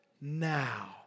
now